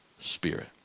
spirit